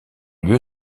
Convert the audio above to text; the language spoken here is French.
lieu